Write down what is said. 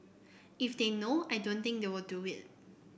if they know I don't think they will do it